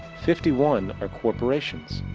fifty one are corporations.